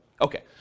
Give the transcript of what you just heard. Okay